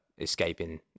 escaping